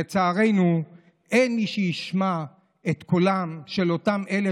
לצערנו אין מי שישמע את קולם של אותם אלה